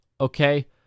Okay